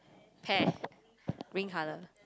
pear green color